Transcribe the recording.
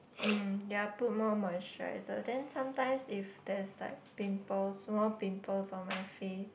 um ya put more moisturiser then sometimes if there's like pimple small pimples on my face